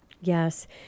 Yes